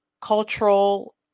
cultural